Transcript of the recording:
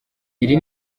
iri